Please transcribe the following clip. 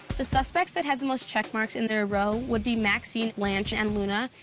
the suspects that had the most check marks in their row would be maxine, blanche, and luna,